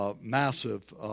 massive